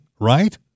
right